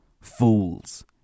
Fools